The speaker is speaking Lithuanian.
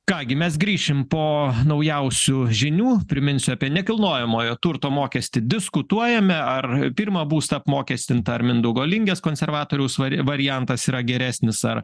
ką gi mes grįšim po naujausių žinių priminsiu apie nekilnojamojo turto mokestį diskutuojame ar pirmą būstą apmokestint ar mindaugo lingės konservatoriaus vari variantas yra geresnis ar